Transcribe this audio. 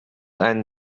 einen